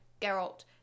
Geralt